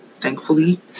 thankfully